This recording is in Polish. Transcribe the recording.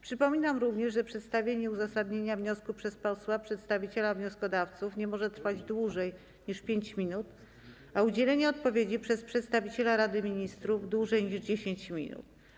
Przypominam również, że przedstawienie uzasadnienia wniosku przez posła przedstawiciela wnioskodawców nie może trwać dłużej niż 5 minut, a udzielenie odpowiedzi przez przedstawiciela Rady Ministrów - dłużej niż 10 minut.